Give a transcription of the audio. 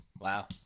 Wow